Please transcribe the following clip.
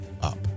up